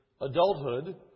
adulthood